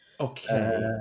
Okay